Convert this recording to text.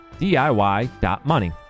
DIY.money